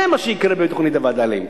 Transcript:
זה מה שיקרה בתוכנית הווד"לים.